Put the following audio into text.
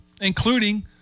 including